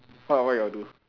what what you all do